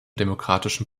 demokratischen